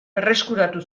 berreskuratu